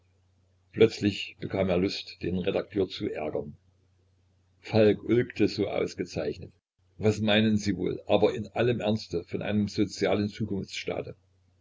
plötzlich bekam er lust den redakteur zu ärgern falk ulkte so ausgezeichnet was meinen sie wohl aber in allem ernste von einem sozialen zukunftsstaate